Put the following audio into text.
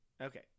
okay